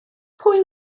pwy